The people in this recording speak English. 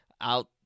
out